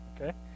okay